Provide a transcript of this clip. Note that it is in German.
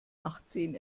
nachtsehen